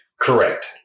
correct